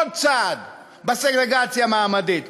עוד צעד בסגרגציה המעמדית.